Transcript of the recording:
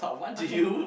okay